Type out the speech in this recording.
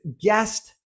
guest